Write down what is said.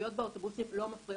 הפרא-אולימפי.